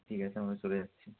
ঠিক আছে আমরা চলে যাচ্ছি